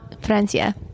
francia